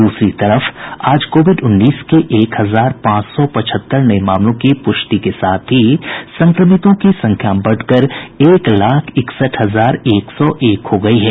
दूसरी तरफ आज कोविड उन्नीस के एक हजार पांच सौ पचहत्तर नये मामलों की प्रष्टि के साथ ही संक्रमितों की संख्या बढ़कर एक लाख इकसठ हजार एक सौ एक हो गयी है